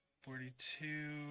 Forty-two